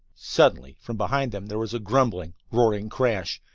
suddenly from behind them there was a grumbling, roaring crash,